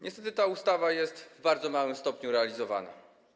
Niestety ta ustawa jest w bardzo małym stopniu realizowana.